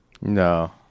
No